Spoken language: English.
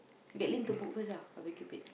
get Lin to book first lah the barbeque pit